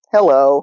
Hello